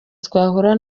twahuraga